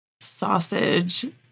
sausage